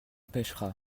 pêchera